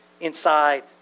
inside